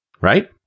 Right